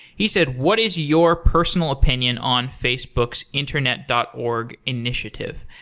he said, what is your personal opinion on facebook's internet dot org initiative?